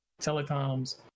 telecoms